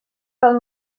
pel